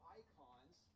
icons